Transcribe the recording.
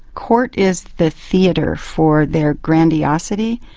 court is the theatre for their grandiosity,